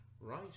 right